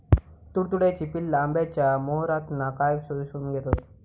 तुडतुड्याची पिल्ला आंब्याच्या मोहरातना काय शोशून घेतत?